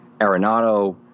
Arenado